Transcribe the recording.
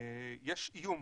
יש איום